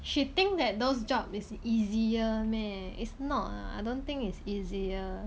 she think that those job is easier meh it's not ah I don't think it's easier